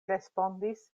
respondis